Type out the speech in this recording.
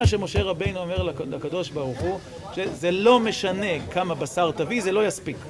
מה שמשה רבינו אומר לקדוש ברוך הוא זה לא משנה כמה בשר תביא זה לא יספיק